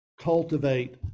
Cultivate